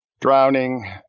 drowning